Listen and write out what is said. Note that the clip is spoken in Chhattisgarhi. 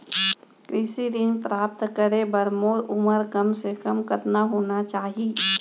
कृषि ऋण प्राप्त करे बर मोर उमर कम से कम कतका होना चाहि?